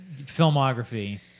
filmography